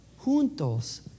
juntos